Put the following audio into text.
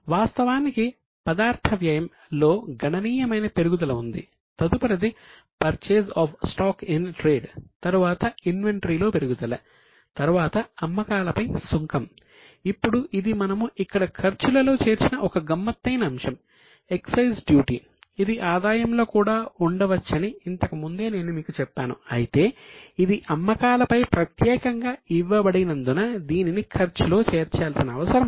వాస్తవానికి పదార్థ వ్యయం ఇది ఆదాయంలో కూడా ఉండవచ్చని ఇంతకు ముందే నేను మీకు చెప్పాను అయితే ఇది అమ్మకాలపై ప్రత్యేకంగా ఇవ్వబడినందున దీనిని ఖర్చులో చేర్చాల్సిన అవసరం ఉంది